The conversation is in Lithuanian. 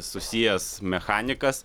susijęs mechanikas